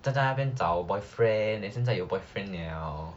then 在那边找 boyfriend then 现在有 boyfriend liao